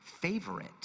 favorite